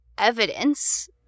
Evidence